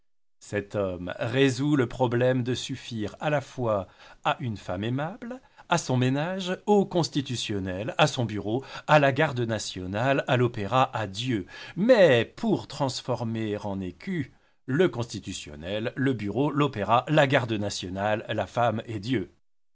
cet homme résout le problème de suffire à la fois à une femme aimable à son ménage au constitutionnel à son bureau à la garde nationale à l'opéra à dieu mais pour transformer en écus le constitutionnel le bureau l'opéra la garde nationale la femme et